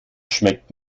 schmeckt